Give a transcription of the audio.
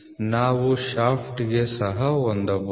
ನಾವು ಶಾಫ್ಟ್ ಸಹ ಹೊಂದಬಹುದು